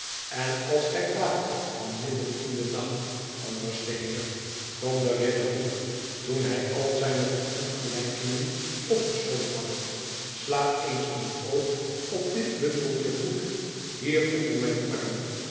en als gij praat van midden in den nacht anderste heer gromde riderhood toen hij al zijne verongelijkingen opgesomd had i sla eens eenoog op dit bundeltje goed hier onder mijn arm